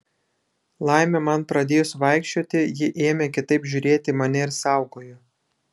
laimė man pradėjus vaikščioti ji ėmė kitaip žiūrėti į mane ir saugojo